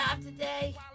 today